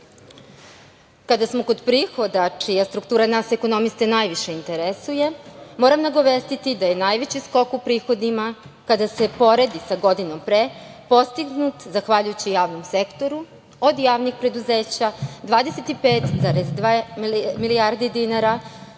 smo kod prihoda čija struktura nas ekonomiste najviše interesuje moram nagovestiti da je najveći skok u prihodima kada se poredi sa godinom pre postignut zahvaljujući javnom sektoru od javnih preduzeća 25,2 milijardi dinara,